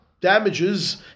damages